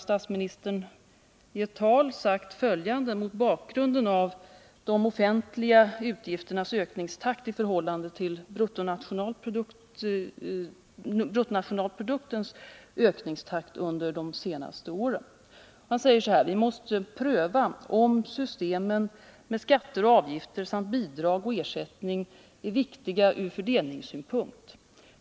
Statsministern har i ett tal mot bakgrunden av de offentliga utgifternas ökningstakt i förhållande till bruttonationalproduktens under de senaste åren sagt följande: ”Vi måste pröva om systemen med skatter och avgifter samt bidrag och ersättning är viktiga ur fördelningssynpunkt.